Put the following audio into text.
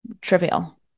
trivial